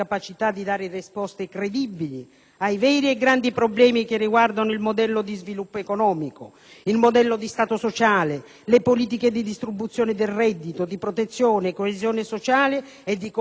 ai veri e grandi problemi che riguardano il modello di sviluppo economico, il modello di stato sociale, le politiche di distribuzione del reddito, di protezione, di coesione sociale e di cooperazione con il resto del mondo.